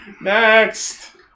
Next